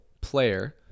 player